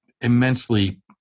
immensely